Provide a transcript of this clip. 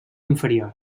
inferior